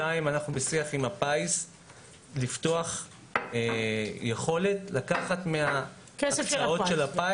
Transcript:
2. אנחנו בשיח עם הפיס לפתוח יכולת לקחת מההקצאות של הפיס.